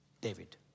David